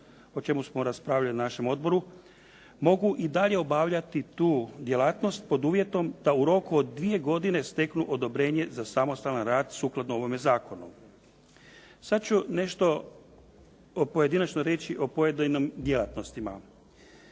o čemu smo raspravljali u našem odboru, mogu i dalje obavljati tu djelatnost, pod uvjetom da u roku od dvije godine steknu odobrenje za samostalan rad sukladno ovome zakonu. Sad ću nešto pojedinačno reći o pojedinim djelatnostima.